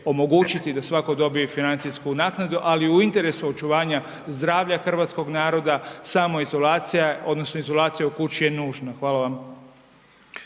da svatko dobije financijsku naknadu, ali u interesu očuvanja zdravlja hrvatskog naroda samoizolacija odnosno izolacija u kući je nužna. Hvala vam.